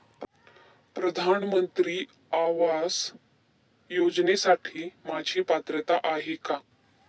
प्रधानमंत्री आवास योजनेसाठी माझी पात्रता आहे का?